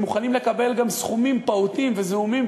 מוכנים לקבל גם סכומים פעוטים וזעומים,